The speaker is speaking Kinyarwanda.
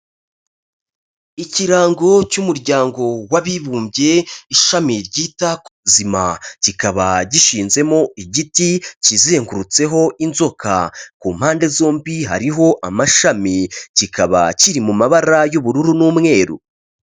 Ikirango cy'umuryango w'abibumbye, ishami ryita kuzima, kikaba gishinzemo igiti kizengurutseho inzoka, ku mpande zombi hariho amashami, kikaba kiri mu mabara y'ubururu n'umweru.